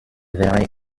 wäre